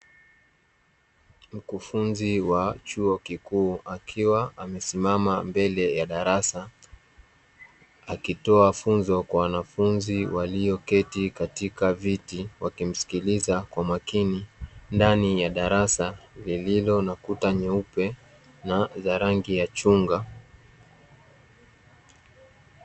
Mkufunzi wa chuo kikuu akiwa amesimama mbele ya darasa, akitoa funzo kwa wanafunzi walioketi katika viti wakimsikiliza kwa makini ndani ya darasa lililo na kuta nyeupe na za rangi ya chungwa.